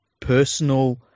personal